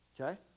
okay